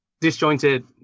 disjointed